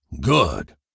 Good